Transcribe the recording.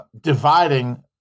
dividing